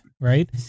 right